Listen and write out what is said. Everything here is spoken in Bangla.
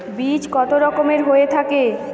বীজ কত রকমের হয়ে থাকে?